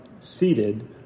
seated